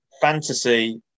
fantasy